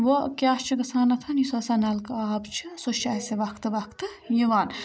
وۄنۍ کیٛاہ چھِ گَژھان یُس ہسا نَلکہٕ آب چھِ سُہ چھِ اَسہِ وَقتہٕ وقتہٕ یِوان